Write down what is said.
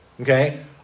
okay